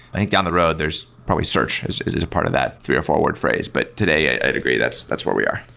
i think down the road there's probably search is is a part of that three or four-word phrase, but today i'd agree that's that's where we are.